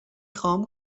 خوام